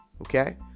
Okay